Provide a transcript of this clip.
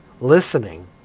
listening